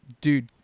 Dude